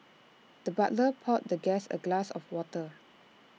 the butler poured the guest A glass of water